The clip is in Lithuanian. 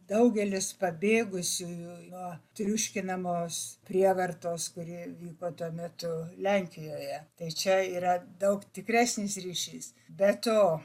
daugelis pabėgusiųjų nuo triuškinamos prievartos kuri vyko tuo metu lenkijoje tai čia yra daug tikresnis ryšys be to